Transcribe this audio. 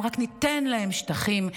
אם רק ניתן להם שטחים,